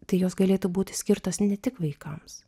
tai jos galėtų būti skirtos ne tik vaikams